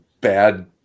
bad